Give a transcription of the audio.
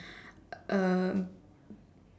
uh